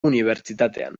unibertsitatean